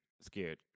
scared